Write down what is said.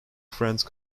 france